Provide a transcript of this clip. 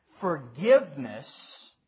forgiveness